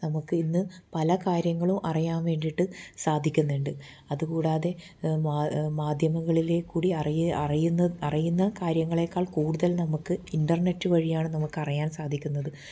നമുക്ക് ഇന്ന് പല കാര്യങ്ങളും അറിയാൻ വേണ്ടിയിട്ട് സാധിക്കുന്നുണ്ട് അതുകൂടാതെ മാധ്യമങ്ങളിൽ കൂടി അറി അറിയുന്ന അറിയുന്ന കാര്യങ്ങളേക്കാൾ കൂടുതൽ നമുക്ക് ഇൻ്റർനെറ്റ് വഴിയാണ് നമുക്ക് അറിയാൻ സാധിക്കുന്നത്